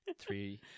three